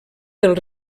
del